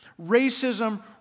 racism